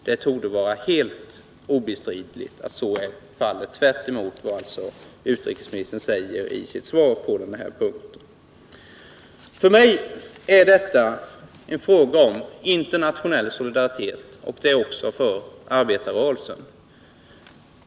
Det torde vara helt obestridligt att så inte kan bli fallet — tvärtemot vad utrikesministern alltså säger i sitt svar på den här punkten. För mig är detta en fråga om internationell solidaritet, och det är det också för arbetarrörelsen.